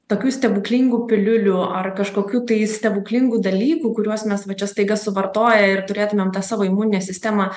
tokių stebuklingų piliulių ar kažkokių tai stebuklingų dalykų kuriuos mes va čia staiga suvartoję ir turėtumėm tą savo imuninę sistemą